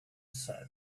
said